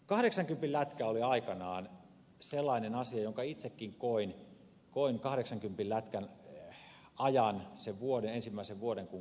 kahdeksankympin lätkän aika oli aikanaan sellainen asia jonka itsekin koin sen ensimmäisen vuoden kun kortin sain